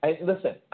Listen